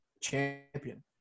champion